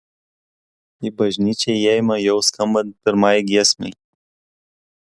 į bažnyčią įėjome jau skambant pirmajai giesmei